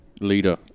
leader